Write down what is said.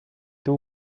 two